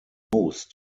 most